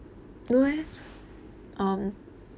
no eh um